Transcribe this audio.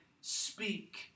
speak